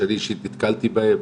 שאני אישית נתקלתי בהם,